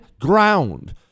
ground